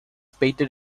painted